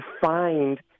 find